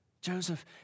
Joseph